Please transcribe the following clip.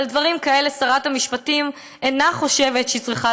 ועל דברים כאלה שרת המשפטים אינה חושבת שהיא צריכה